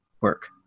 work